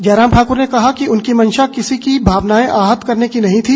जयराम ठाकुर ने कहा कि उनकी मंशा किसी की भावनाएं आहत करने की नहीं थी